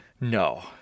No